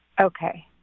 okay